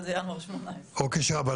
אבל זה ינואר 2018. אוקיי,